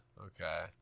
okay